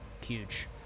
Huge